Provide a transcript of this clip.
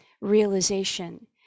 realization